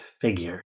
figure